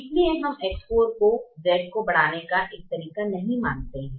इसलिए हम X4 को Z को बढ़ाने का एक तरीका नहीं मानते हैं